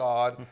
God